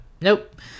nope